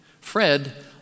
Fred